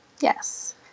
Yes